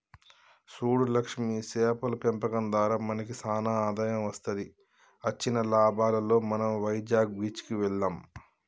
సూడు లక్ష్మి సేపల పెంపకం దారా మనకి సానా ఆదాయం వస్తది అచ్చిన లాభాలలో మనం వైజాగ్ బీచ్ కి వెళ్దాం